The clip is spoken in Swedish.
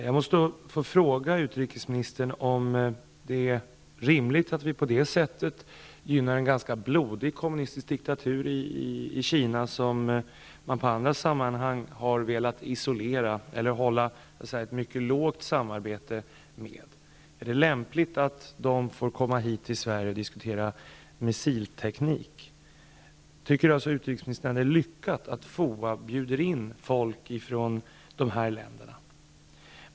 Jag måste få fråga utrikesministern om hon anser att det är rimligt att vi på det sättet gynnar en ganska blodig kommunistisk diktatur i Kina, som man i andra sammanhang har velat isolera eller ha ett mycket litet samarbete med. Är det lämpligt att företrädare för detta land får komma till Sverige och diskutera missilteknik? Tycker utrikesministern att det är lyckat att FOA bjuder in folk från de här länderna?